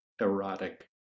erotic